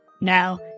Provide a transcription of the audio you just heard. Now